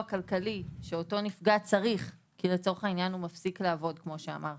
כלכלי שאותו נפגע צריך כי הוא מפסיק לעבוד כמו שנאמר